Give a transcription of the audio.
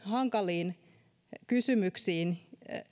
hankaliin kysymyksiin